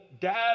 dad